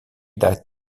dat